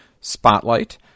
Spotlight